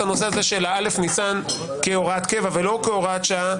הנושא הזה של א' ניסן כהוראת קבע ולא כהוראת שעה,